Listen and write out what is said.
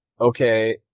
okay